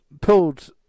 pulled